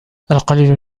القليل